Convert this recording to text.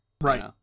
Right